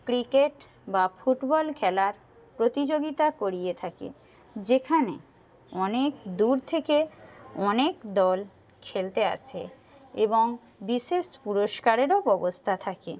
cricket বা football খেলার প্রতিযোগিতা করিয়ে থাকে যেখানে অনেক দূর থেকে অনেক দল খেলতে আসে এবং বিশেষ পুরস্কারেরও ব্যবস্থা থাকে